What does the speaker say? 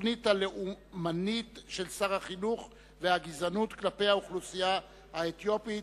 התוכנית הלאומנית של שר החינוך והגזענות כלפי האוכלוסייה האתיופית,